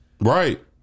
Right